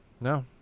no